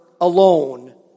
alone